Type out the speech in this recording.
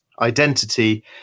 identity